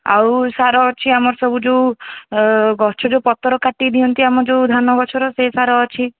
ଆଉ ସାର ଅଛି ଆମର ସବୁ ଯେଉଁ ଗଛ ଯେଉଁ ପତର କାଟି ଦିଅନ୍ତି ଆମର ଯେଉଁ ଧାନ ଗଛର ସେ ସାର ଅଛି